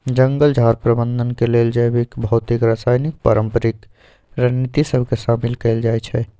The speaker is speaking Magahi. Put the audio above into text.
जंगल झार प्रबंधन के लेल जैविक, भौतिक, रासायनिक, पारंपरिक रणनीति सभ के शामिल कएल जाइ छइ